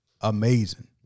amazing